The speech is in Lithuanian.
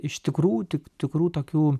iš tikrų tik tikrų tokių